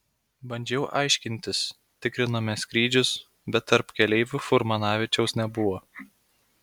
bandžiau aiškintis tikrinome skrydžius bet tarp keleivių furmanavičiaus nebuvo